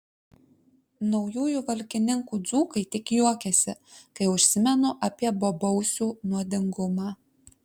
naujųjų valkininkų dzūkai tik juokiasi kai užsimenu apie bobausių nuodingumą